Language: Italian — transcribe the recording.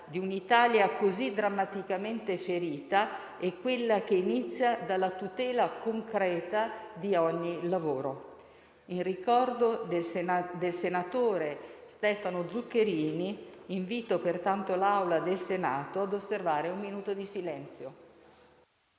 di un'Italia così drammaticamente ferita è quella che inizia dalla tutela concreta di ogni lavoro. In ricordo del senatore Stefano Zuccherini invito pertanto l'Assemblea a osservare un minuto di silenzio.